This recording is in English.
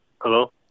Hello